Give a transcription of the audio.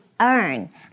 earn